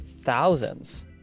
thousands